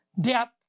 Depth